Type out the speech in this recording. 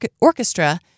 orchestra